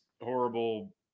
horrible